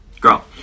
Girl